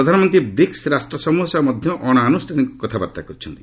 ପ୍ରଧାନମନ୍ତ୍ରୀ ବ୍ରିକ୍ସ ରାଷ୍ଟ୍ରସମ୍ବହ ସହ ମଧ୍ୟ ଅଣଆନ୍ରଷ୍ଠାନିକ କଥାବାର୍ତ୍ତା କରିଛନ୍ତି